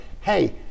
hey